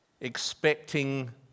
expecting